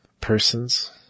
persons